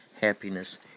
Happiness